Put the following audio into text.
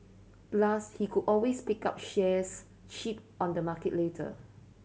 plus he could always pick up shares cheap on the market later